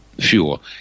fuel